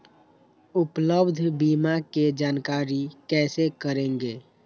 उपलब्ध बीमा के जानकारी कैसे करेगे?